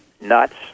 nuts